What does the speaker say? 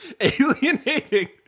Alienating